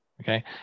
Okay